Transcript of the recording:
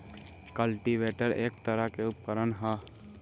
cultivator एक तरह के उपकरण ह